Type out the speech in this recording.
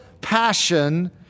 passion